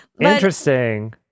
Interesting